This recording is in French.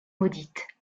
maudite